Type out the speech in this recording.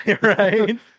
right